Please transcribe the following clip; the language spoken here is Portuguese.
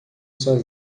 sua